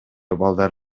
балдар